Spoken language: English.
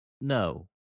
No